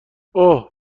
اوه